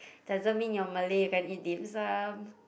doesn't mean you're Malay if you eat Dim Sum